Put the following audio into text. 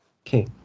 Okay